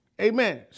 Amen